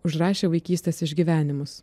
užrašė vaikystės išgyvenimus